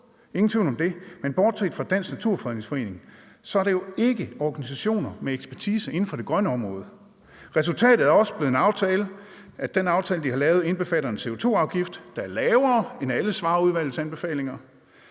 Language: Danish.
ingen tvivl om det, men bortset fra Dansk Naturfredningsforening er det jo ikke organisationer med ekspertise inden for det grønne område. Resultatet er også blevet, den aftale, de har lavet, indbefatter en CO2-afgift, der er lavere end alle Svarerudvalgets anbefalinger,